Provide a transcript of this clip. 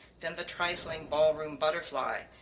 than the trifling ballroom butterfly,